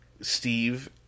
Steve